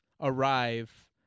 Arrive